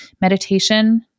meditation